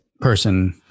person